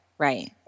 Right